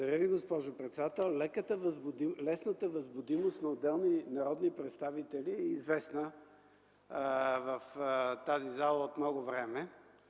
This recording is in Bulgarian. Благодаря Ви, госпожо председател. Лесната възбудимост на отделни народни представители е известна в тази зала от много време.